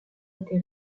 été